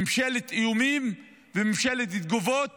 ממשלת איומים, ממשלת תגובות